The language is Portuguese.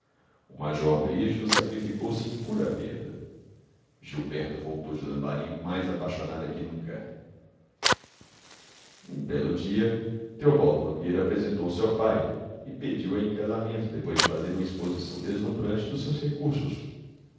o major erigido sacrificou se em pura perda gilberta voltou de lambari mais apaixonada que nunca um belo dia teobaldo nogueira apresentou-se ao pai e pediu-a em casamento depois de fazer uma exposição deslumbrante dos seus recursos